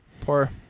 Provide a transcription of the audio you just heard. poor